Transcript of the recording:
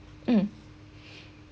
mm